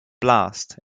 blast